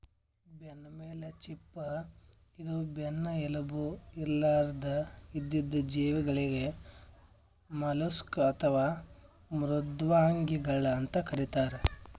ಬೆನ್ನಮೇಲ್ ಚಿಪ್ಪ ಇದ್ದು ಬೆನ್ನ್ ಎಲುಬು ಇರ್ಲಾರ್ದ್ ಇದ್ದಿದ್ ಜೀವಿಗಳಿಗ್ ಮಲುಸ್ಕ್ ಅಥವಾ ಮೃದ್ವಂಗಿಗಳ್ ಅಂತ್ ಕರಿತಾರ್